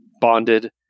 bonded